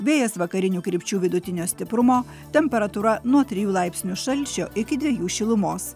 vėjas vakarinių krypčių vidutinio stiprumo temperatūra nuo trijų laipsnių šalčio iki dviejų šilumos